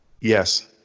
Yes